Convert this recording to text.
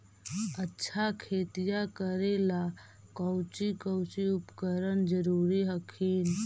अच्छा खेतिया करे ला कौची कौची उपकरण जरूरी हखिन?